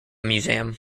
museum